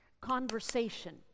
conversation